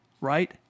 right